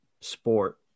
sport